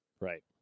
Right